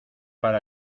para